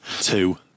Two